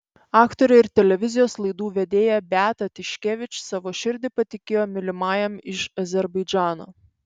aktorė ir televizijos laidų vedėja beata tiškevič savo širdį patikėjo mylimajam iš azerbaidžano